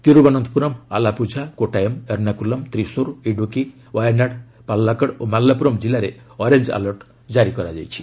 ତିରୁବନନ୍ତପୁରମ୍ ଆଲାପୁଝା କୋଟାୟମ୍ ଏର୍ଷାକୁଲମ୍ ତ୍ରିଶୁର୍ ଇଡୁକି ୱାୟାନାଡ଼ ପାର୍ଲାକ୍କଡ଼୍ ଓ ମାଲାପପୁରମ୍ କିଲ୍ଲାରେ orange alert ଜାରି କରାଯାଇଛି